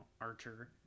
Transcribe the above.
archer